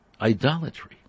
idolatry